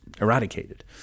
eradicated